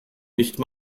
nicht